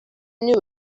knew